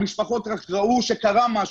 המשפחות ראו שקרה משהו,